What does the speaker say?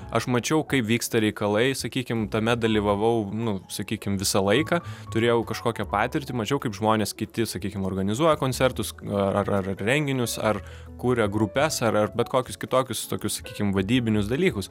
aš mačiau kaip vyksta reikalai sakykim tame dalyvavau nu sakykim visą laiką turėjau kažkokią patirtį mačiau kaip žmonės kiti sakykim organizuoja koncertus ar ar renginius ar kuria grupes ar ar bet kokius kitokius tokius sakykim vadybinius dalykus